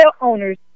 owners